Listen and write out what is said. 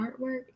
artwork